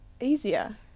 easier